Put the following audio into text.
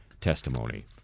testimony